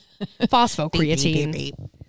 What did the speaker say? phosphocreatine